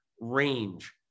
range